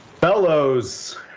Bellows